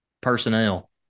personnel